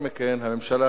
דקות.